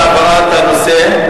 לשר התקשורת,